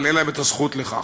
אבל לא זכו לכך.